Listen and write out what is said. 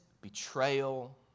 betrayal